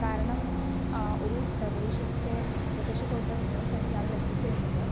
കാരണം ഒരു പ്രദേശത്തെ പ്രദേശത്തോട്ട് വിനോദ സഞ്ചാരികൾ എത്തിച്ചേരുന്നത്